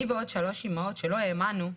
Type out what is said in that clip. אני ועוד שלוש אמהות שלא האמנו,